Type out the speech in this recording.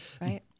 Right